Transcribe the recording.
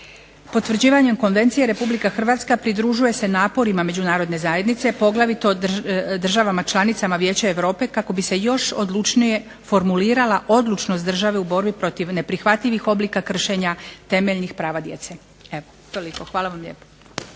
Potvrđivanjem Konvencije Republika Hrvatska pridružuje se naporima Međunarodne zajednice poglavito državama članicama Vijeća Europe kako bi se još odlučnije formulirala odlučnost države u borbi protiv neprihvatljivih oblika kršenja temeljnih prava djece. Evo toliko. Hvala vam lijepo.